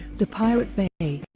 the pirate bay,